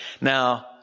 Now